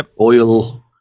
oil